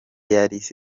yari